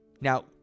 Now